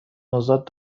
نوزاد